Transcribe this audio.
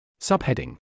Subheading